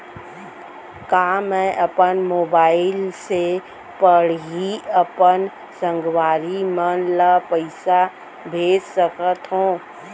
का मैं अपन मोबाइल से पड़ही अपन संगवारी मन ल पइसा भेज सकत हो?